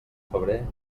febrer